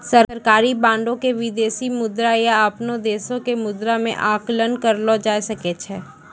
सरकारी बांडो के विदेशी मुद्रा या अपनो देशो के मुद्रा मे आंकलन करलो जाय सकै छै